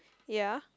ya